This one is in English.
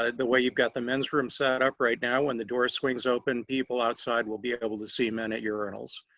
ah the way you've got the men's room setup right now. when the door swings open people outside will be able to see men at urinals.